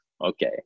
okay